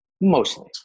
mostly